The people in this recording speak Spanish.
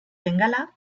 bengala